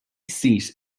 seat